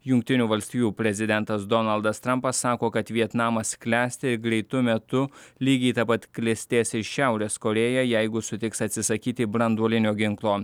jungtinių valstijų prezidentas donaldas trampas sako kad vietnamas klesti greitu metu lygiai da pat klestės ir šiaurės korėja jeigu sutiks atsisakyti branduolinio ginklo